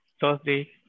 Thursday